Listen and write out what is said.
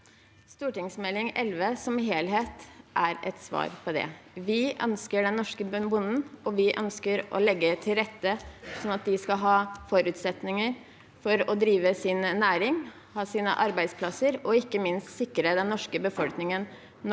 St. 11 som helhet er et svar på det. Vi ønsker den norske bonden, og vi ønsker å legge til rette for bøndene, sånn at de skal ha forutsetninger for å drive sin næring, ha sine arbeidsplasser og ikke minst sikre den norske befolkningen